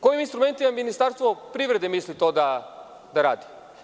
Kojim instrumentima Ministarstvo privrede misli to da radi?